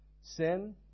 Sin